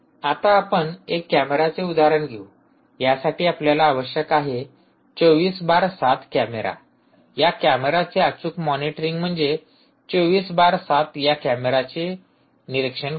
आता आपण एक कॅमेऱ्याचे उदाहरण घेऊ यासाठी आपल्याला आवश्यक आहे 24 बार 7 कॅमेरा या कॅमेर्याचे अचूक मॉनिटरिंग म्हणजे 24 बार 7 या कॅमेर्याचे निरीक्षण करणे